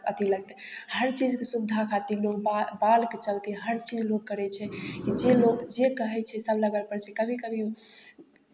अथी लगतै हर चीजके सुविधा खातिर लोक बा बालके चलते हर चीज लोक करै छै कि जे लोक जे कहै छै सभ लगबय लेल पड़ै छै कभी कभी